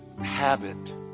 habit